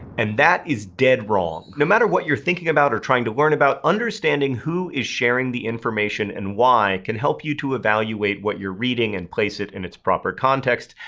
and that is dead wrong. no matter what you're thinking about or trying to learn about, understanding who is sharing the information, and why, can help you to evaluate what you're reading and place it in its proper context.